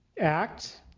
Act